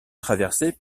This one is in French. traversée